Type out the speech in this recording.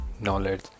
knowledge